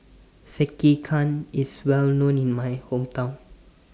Sekihan IS Well known in My Hometown